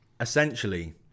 essentially